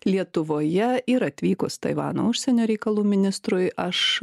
lietuvoje ir atvykus taivano užsienio reikalų ministrui aš